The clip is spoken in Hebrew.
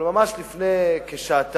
אבל ממש לפני כשעתיים